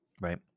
Right